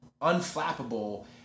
unflappable